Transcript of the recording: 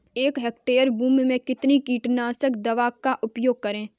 एक हेक्टेयर भूमि में कितनी कीटनाशक दवा का प्रयोग करें?